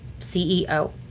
CEO